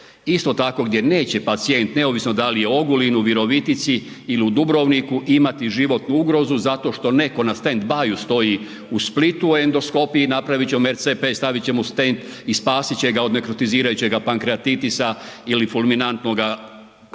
isto tako gdje neće pacijent neovisno da li je u Ogulinu, Virovitici ili u Dubrovniku, imati životnu ugrozu zato što netko na standby-ju stoji u Splitu u endoskopiji, napravit će …/Govornik se ne razumije/…stavit će mu stent i spasit će ga od nekrotizirajućega pankreatitisa ili fulminantnoga ili